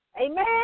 Amen